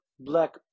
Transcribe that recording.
Black